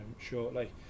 shortly